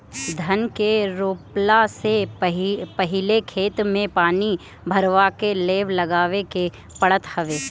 धान के रोपला से पहिले खेत में पानी भरवा के लेव लगावे के पड़त हवे